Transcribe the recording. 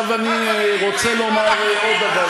עכשיו, אתה צריך להתבייש,